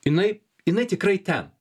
jinai jinai tikrai ten